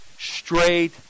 straight